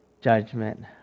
judgment